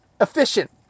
efficient